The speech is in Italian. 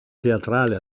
teatrale